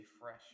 fresh